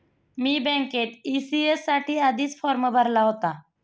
मी बँकेत ई.सी.एस साठी आधीच फॉर्म भरला होता